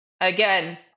Again